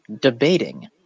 debating